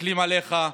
מסתכלים עליך,